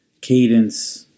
cadence